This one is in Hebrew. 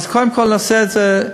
אז קודם כול, נעשה את זה.